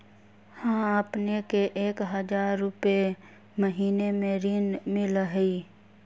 हां अपने के एक हजार रु महीने में ऋण मिलहई?